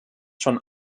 schon